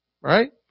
right